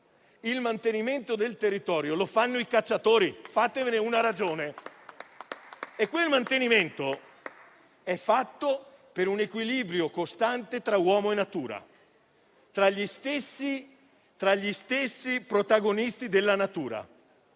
il mantenimento del territorio lo fanno i cacciatori. Fatevene una ragione! Quel mantenimento è fatto per un equilibrio costante tra uomo e natura, tra gli stessi protagonisti della natura.